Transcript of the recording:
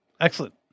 Excellent